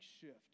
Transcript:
shift